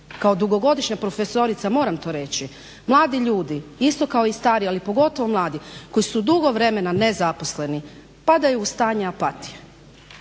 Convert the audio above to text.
kao dugogodišnja profesorica moram to reći, mladi ljudi isto kao i stariji, ali pogotovo mladi koji su dugo vremena nezaposleni padaju u stanje apatije.